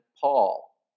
Paul